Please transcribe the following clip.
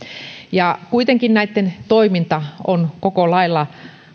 kuitenkin näitten toiminta on koko lailla